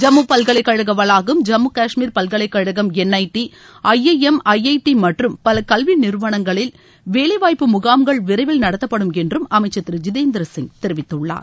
ஜம்மு பல்கலைக்கழக வளாகம் காஷ்மீர் பல்கலைக்கழகம் என்ஜடி ஐஐஎம் ஐஐடி மற்றும் பல கல்வி நிறுவனங்களில் வேலைவாய்ப்பு முகாம்கள் விரைவில் நடத்தப்படும் என்றும் அமைச்சர் திரு ஜிதேந்தர் சிங் தெரிவித்துள்ளார்